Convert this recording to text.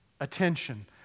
Attention